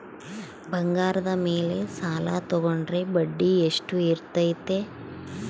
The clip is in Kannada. ಬಂಗಾರದ ಮೇಲೆ ಸಾಲ ತೋಗೊಂಡ್ರೆ ಬಡ್ಡಿ ಎಷ್ಟು ಇರ್ತೈತೆ?